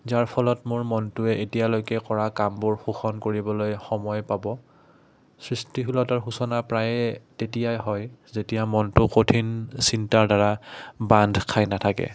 যাৰ ফলত মোৰ মনটোৱে এতিয়ালৈকে কৰা কামবোৰ শোষণ কৰিবলৈ সময় পাব সৃষ্টিশীলতাৰ সূচনা প্ৰায়ে তেতিয়াই হয় যেতিয়া মনটো কঠিন চিন্তাৰ দ্বাৰা বান্ধ খাই নাথাকে